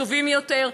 טובים יותר,